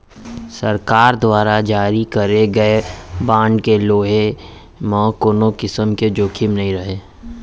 सरकार दुवारा जारी करे गए बांड के लेहे म कोनों किसम के जोखिम नइ रहय